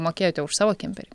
mokėjote už savo kemperį